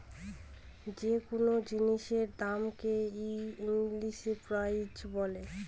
যে কোনো জিনিসের দামকে হ ইংলিশে প্রাইস বলে